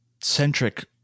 centric